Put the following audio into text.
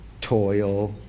toil